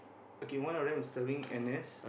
okay one of them is serving n_s